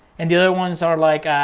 and the other ones are like,